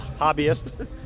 hobbyist